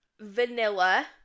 vanilla